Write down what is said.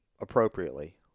appropriately